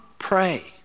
Pray